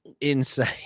Insane